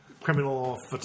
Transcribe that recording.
Criminal